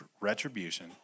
retribution